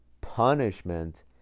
punishment